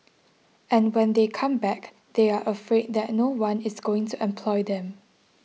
and when they come back they are afraid that no one is going to employ them